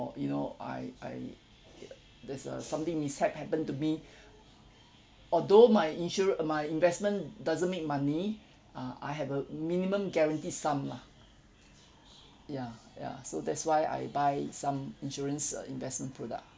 or you know I I there's uh something mishap happened to me although my insura~ my investment doesn't make money uh I have a minimum guaranteed sum lah ya ya so that's why I buy some insurance uh investment product